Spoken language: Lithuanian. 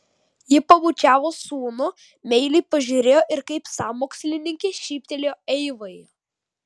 ji pabučiavo sūnų meiliai pažiūrėjo ir kaip sąmokslininkė šyptelėjo eivai